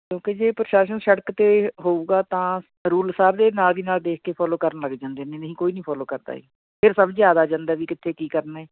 ਕਿਉਂਕਿ ਜੇ ਪ੍ਰਸ਼ਾਸਨ ਸੜਕ 'ਤੇ ਹੋਵੇਗਾ ਤਾਂ ਰੂਲ ਸਭ ਦੇ ਨਾਲ ਦੀ ਨਾਲ ਦੇਖ ਕੇ ਫੋਲੋ ਕਰਨ ਲੱਗ ਜਾਂਦੇ ਨੇ ਨਹੀਂ ਕੋਈ ਨਹੀਂ ਫੋਲੋ ਕਰਦਾ ਫਿਰ ਸਭ ਯਾਦ ਆ ਜਾਂਦਾ ਵੀ ਕਿੱਥੇ ਕੀ ਕਰਨਾ